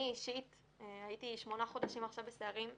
אני אישית הייתי שמונה חודשים עכשיו בסיירים,